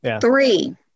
three